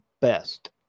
best